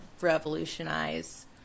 revolutionize